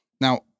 Now